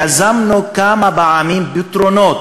יזמנו כמה פעמים פתרונות